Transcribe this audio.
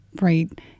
right